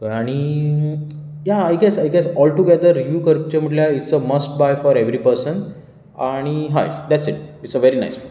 कळ्ळें आनी या I guess I guess altogether review करचें म्हणल्यार it's a must buy for every person आनी हय that's it it's a very nice phone